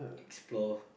explore